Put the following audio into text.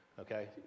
Okay